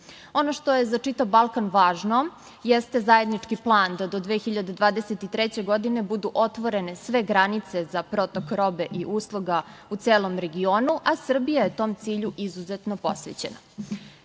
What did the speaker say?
što je za čitav Balkan važno jeste zajednički plan da do 2023. godine budu otvorene sve granice za protok robe i usluga u celom regionu, a Srbija je tom cilju izuzetno posvećena. Izuzetno